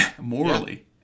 morally